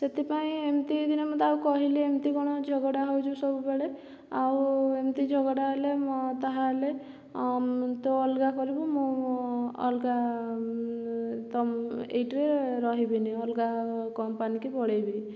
ସେଥିପାଇଁ ଏମିତି ଦିନେ ମୁଁ ତାକୁ କହିଲି ଏମିତି କଣ ଝଗଡ଼ା ହେଉଛୁ ସବୁବେଳେ ଆଉ ଏମିତି ଝଗଡ଼ା ହେଲେ ମୁଁ ତାହେଲେ ତୁ ଅଲଗା କରିବୁ ମୁଁ ଅଲଗା ତ ଏଇଟିରେ ରହିବିନି ଅଲଗା କମ୍ପାନୀ କି ପଳେଇବି